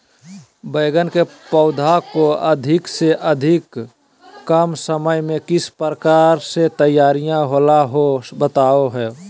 बैगन के पौधा को अधिक से अधिक कम समय में किस प्रकार से तैयारियां होला औ बताबो है?